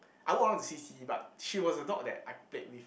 I walk around to see see but she was the dog that I played with